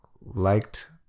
liked